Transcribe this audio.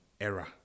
era